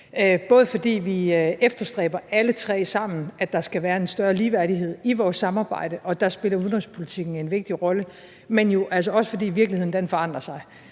både, fordi vi alle tre sammen efterstræber, at der skal være en større ligeværdighed i vores samarbejde, og der spiller udenrigspolitikken en vigtig rolle, men det er jo også, fordi virkeligheden forandrer sig.